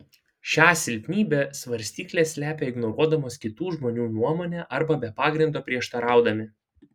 šią silpnybę svarstyklės slepia ignoruodamos kitų žmonių nuomonę arba be pagrindo prieštaraudami